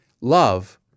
love